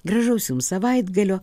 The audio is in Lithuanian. gražaus jums savaitgalio